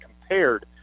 compared